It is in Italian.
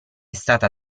stata